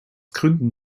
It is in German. gründen